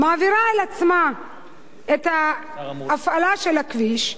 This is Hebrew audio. מעבירה אל עצמה את ההפעלה של הכביש,